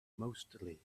mostly